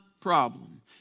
problem